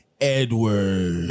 Edward